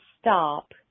stop